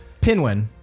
Pinwin